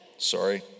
Sorry